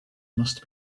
must